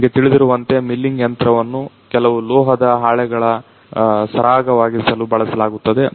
ನಿಮಗೆ ತಿಳಿದಿರುವಂತೆ ಮಿಲ್ಲಿಂಗ್ ಯಂತ್ರವನ್ನು ಕೆಲವು ಲೋಹದ ಹಾಳೆಗಳ ಸರಾಗವಾಗಿಸಲು ಬಳಸಲಾಗುತ್ತದೆ